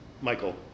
Michael